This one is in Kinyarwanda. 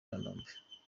kanombe